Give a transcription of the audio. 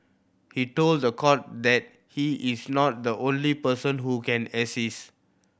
he told the court that he is not the only person who can assist